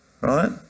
right